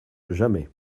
jamais